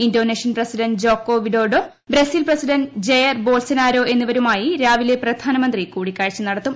Indonesian president Joko Widodo Brazil president Jair Bolsonaro എന്നിവരുമായി രാവിലെ പ്രധാനമന്ത്രി കൂടിക്കാഴ്ച നടത്തും